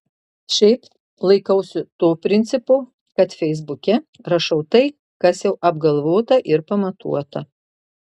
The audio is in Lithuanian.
šiaip laikausi to principo kad feisbuke rašau tai kas jau apgalvota ir pamatuota